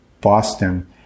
Boston